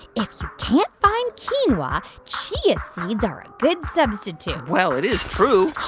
if you can't find quinoa, chia seeds are a good substitute well, it is true